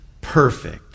perfect